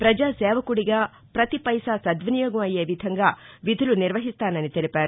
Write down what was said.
ప్రజా సేవకుడిగా ప్రతి పైసా సద్వినియోగం అయ్యే విధంగా విధులు నిర్వహిస్తానని తెలిపారు